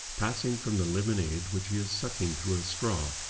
passing from the lemonade which he is sucking through a straw,